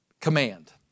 command